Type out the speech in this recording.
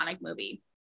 movie